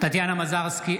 טטיאנה מזרסקי,